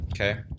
Okay